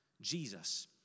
Jesus